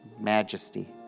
majesty